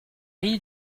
ris